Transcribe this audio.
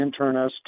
internist